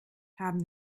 haben